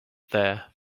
there